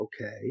okay